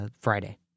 Friday